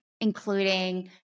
including